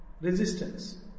resistance